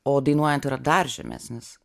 o dainuojant yra dar žemesnis